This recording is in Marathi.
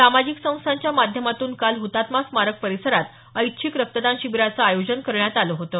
सामाजिक संस्थांच्या माध्यमातून काल हतात्मा स्मारक परिसरात ऐच्छिक रक्तदान शिबिराचं आयोजन करण्यात आलं होतं